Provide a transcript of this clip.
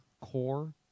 core